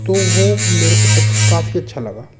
तो वो मेरे को तथ्य काफ़ी अच्छा लगा